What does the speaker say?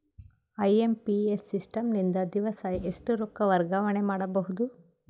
IMPS system ನಿಂದ ದಿವಸಾ ಎಷ್ಟ ರೊಕ್ಕ ವರ್ಗಾವಣೆ ಮಾಡಬಹುದು?